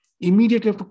immediately